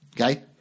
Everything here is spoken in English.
okay